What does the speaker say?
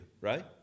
right